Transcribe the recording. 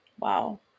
Wow